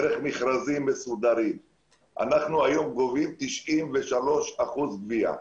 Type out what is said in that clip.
דרך מכרזים מסודרים אנחנו היום גובים 93% גבייה.